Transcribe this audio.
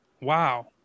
Wow